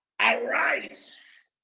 arise